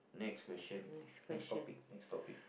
next question next topic next topic